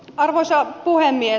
arvoisa puhemies